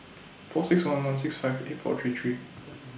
four six one one six five eight four three three